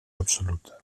absoluta